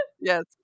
Yes